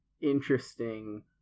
interesting